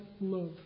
love